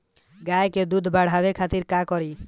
गाय के दूध बढ़ावे खातिर का करी?